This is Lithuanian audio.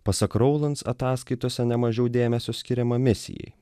pasak raulans ataskaitose nemažiau dėmesio skiriama misijai